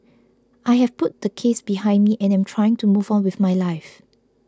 I have put the case behind me and am trying to move on with my life